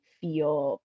feel